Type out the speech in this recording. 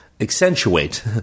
accentuate